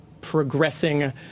progressing